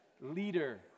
leader